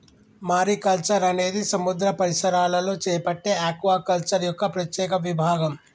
mariculture అనేది సముద్ర పరిసరాలలో చేపట్టే ఆక్వాకల్చర్ యొక్క ప్రత్యేక విభాగం